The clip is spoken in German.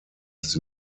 ist